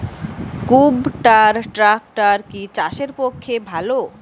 কুবটার ট্রাকটার কি চাষের পক্ষে ভালো?